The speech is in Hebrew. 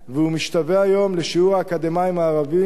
והוא משתווה היום לשיעור האקדמאים הערבים,